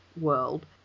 world